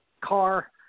car